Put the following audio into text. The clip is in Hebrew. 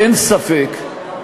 אין ספק,